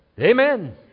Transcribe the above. Amen